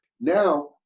Now